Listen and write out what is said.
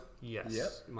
Yes